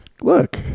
look